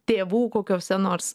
tėvų kokiose nors